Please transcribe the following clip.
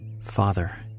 Father